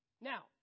Now